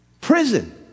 Prison